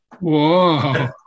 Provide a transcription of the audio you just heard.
Whoa